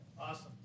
Awesome